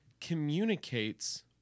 communicates